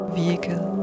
vehicle